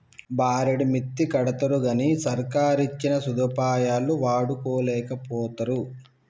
బారెడు మిత్తికడ్తరుగని సర్కారిచ్చిన సదుపాయాలు వాడుకోలేకపోతరు